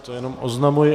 To jenom oznamuji.